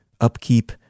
upkeep